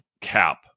cap